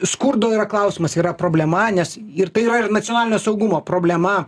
skurdo yra klausimas yra problema nes ir tai yra ir nacionalinio saugumo problema